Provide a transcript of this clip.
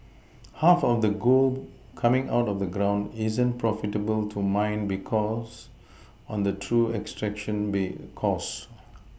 half of the gold coming out of the ground isn't profitable to mine because on the true extraction bay costs